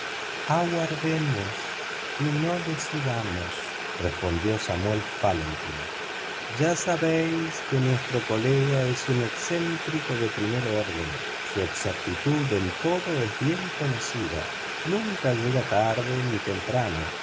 aguardemos y no decidamos respondió samuel falientin ya sabéis que nuestro colega es un excéntrico de primer orden su exactitud en todo es bien conocida nunca llega tarde ni temprano